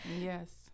Yes